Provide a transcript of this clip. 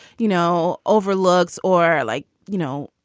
you know, overlooks or like, you know,